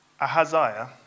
Ahaziah